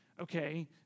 okay